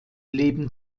leben